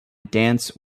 dance